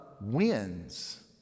wins